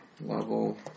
Level